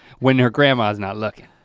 when your grandma's not looking.